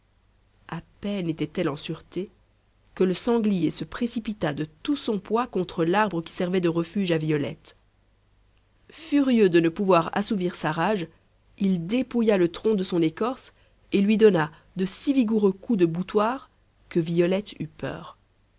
a peine était-elle en sûreté que le sanglier se précipita de tout son poids contre l'arbre qui servait de refuge à violette furieux de ne pouvoir assouvir sa rage il dépouilla le tronc de son écorce et lui donna de si vigoureux coups de boutoir que violette